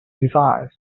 desires